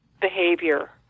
behavior